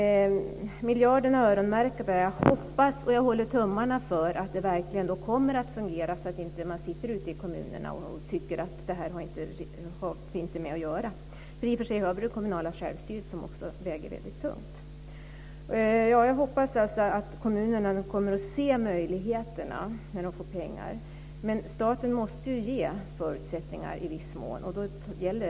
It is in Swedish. Miljarderna är öronmärkta, säger skolministern. Jag hoppas och håller tummarna för att det verkligen kommer att fungera, så att man inte sitter ute i kommunerna och tycker att detta har vi i riksdagen inte med att göra. Vi har ju i och för sig det kommunala självstyret, som också väger väldigt tungt. Jag hoppas alltså att kommunerna kommer att se möjligheterna när de får pengar. Men staten måste ju ge förutsättningar i viss mån.